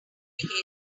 behavior